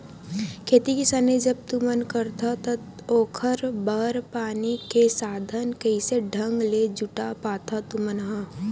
खेती किसानी जब तुमन करथव त ओखर बर पानी के साधन कइसे ढंग ले जुटा पाथो तुमन ह?